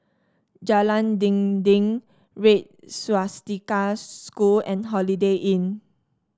Jalan Dinding Red Swastika School and Holiday Inn